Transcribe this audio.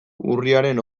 urriaren